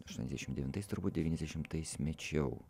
aštuoniasdešimt devintais turbūt devyniasdešimtais mečiau